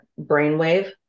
brainwave